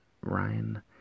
Ryan